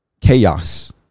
chaos